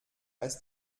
als